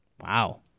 Wow